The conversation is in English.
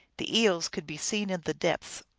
the eels could be seen in the depths,